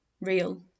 real